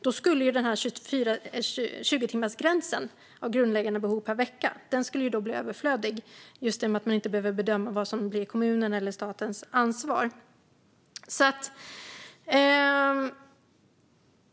Då skulle 20-timmarsgränsen per vecka för grundläggande behov bli överflödig. Då skulle det inte behöva bedömas vad som ska vara kommunens eller statens ansvar.